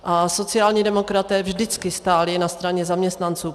A sociální demokraté vždycky stáli na straně zaměstnanců.